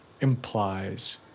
implies